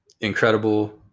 incredible